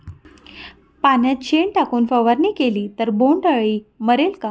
पाण्यात शेण टाकून फवारणी केली तर बोंडअळी मरेल का?